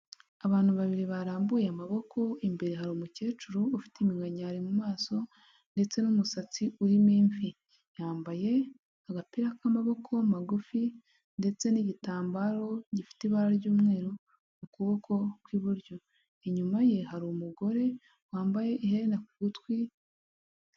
Abantu babiri barambuye amaboko, imbere hari umukecuru ufite iminkanyari mu maso ndetse n'umusatsi urimo imvi. Yambaye agapira k'amaboko magufi ndetse n'igitambaro gifite ibara ry'umweru ku kuboko kw'iburyo. Inyuma ye hari umugore wambaye iherena ku gutwi